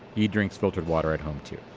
he drinks filtered water at home too.